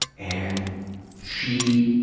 and she,